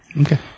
Okay